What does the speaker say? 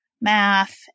math